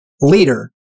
leader